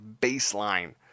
baseline